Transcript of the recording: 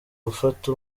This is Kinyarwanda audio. gufata